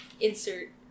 Insert